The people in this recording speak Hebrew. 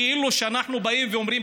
כאילו אנחנו באים ואומרים,